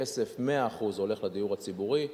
הכסף, 100%, הולך לדיור הציבורי,